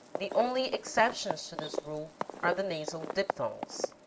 the only exceptions to this rule are the nasal diph thongs.